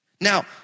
Now